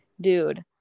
Dude